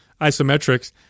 isometrics